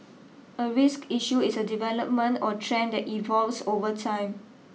a risk issue is a development or trend that evolves over time